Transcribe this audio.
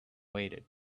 waited